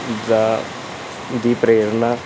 ਜਾਂ ਉਹਦੀ ਪ੍ਰੇਰਨਾ